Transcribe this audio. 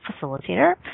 facilitator